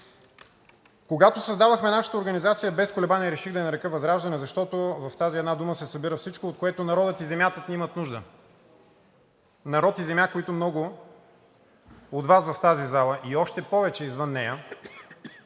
Когато създавахме нашата организация, без колебание реших да я нарека ВЪЗРАЖДАНЕ, защото в тази една дума се събира всичко, от което народът и земята ни имат нужда, народ и земя, които много от Вас в тази зала и още повече извън нея